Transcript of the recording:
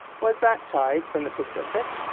was that tide from the pacific?